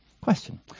Question